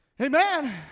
Amen